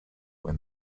when